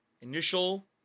initial